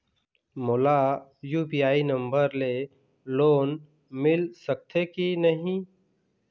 मोला UPI number ले loan मिल सकथे कि नहीं?